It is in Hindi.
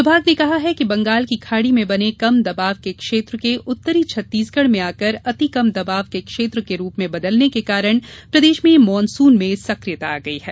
विमाग ने कहा है कि बंगाल की खाड़ी में बने कम दबाव के क्षेत्र के उत्तरी छत्तीसगढ में आकर अति कम दबाव के क्षेत्र के रूप में बदलने के कारण प्रदेश में मानसून में सक्रियता आ गई है